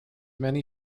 many